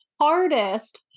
hardest